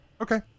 Okay